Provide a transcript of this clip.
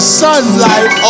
sunlight